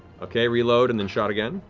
okay, reload, and then shot again.